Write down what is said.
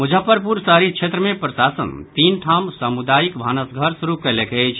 मुजफ्फरपुर शहरी क्षेत्र मे प्रशासन तीन ठाम सामुदायिक भानस घर शुरू कयलक अछि